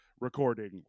recording